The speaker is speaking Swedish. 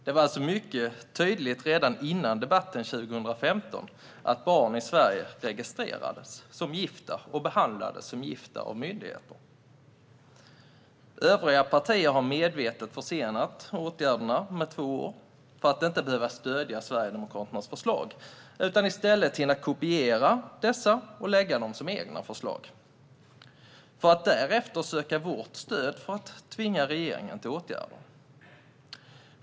Det var alltså mycket tydligt redan före debatten 2015 att barn i Sverige registrerades som gifta och behandlades som gifta av myndigheter. Övriga partier har medvetet försenat åtgärderna med två år för att inte behöva stödja Sverigedemokraternas förslag utan i stället hinna kopiera dessa och lägga fram dem som egna förslag för att därefter söka vårt stöd för att tvinga regeringen till åtgärder.